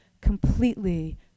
completely